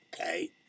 okay